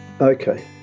Okay